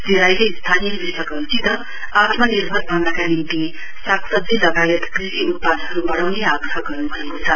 श्री राईले स्थानीय कृषकहरूसित आत्मनिर्भर बन्नका निम्ति सागसब्जी लगायत कृषि उत्पादहरू बढाउने आग्रह गर्न् भएको छ